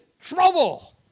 trouble